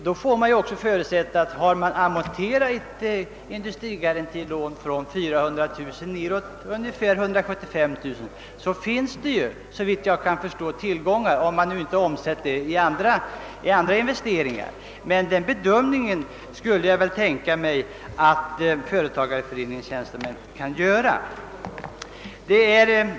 Det får då förutsättas, att om ett industrigarantilån amorterats från 400 000 kronor ned till ungefär 175 000 kronor, så finns det tillgångar, om dessa inte omsatts i andra investeringar. Men jag skulle väl tänka mig att företagareföreningarnas tjänstemän kan göra den bedömningen.